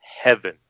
heaven